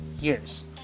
years